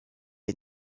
est